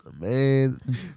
Man